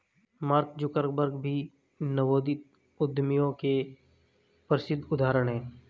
mark Zuckerberg भी नवोदित उद्यमियों के प्रसिद्ध उदाहरण हैं